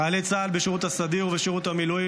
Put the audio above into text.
חיילי צה"ל בשירות הסדיר ובשירות המילואים